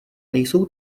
nejsou